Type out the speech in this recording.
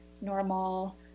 normal